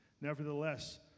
Nevertheless